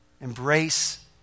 Embrace